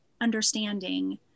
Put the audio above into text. understanding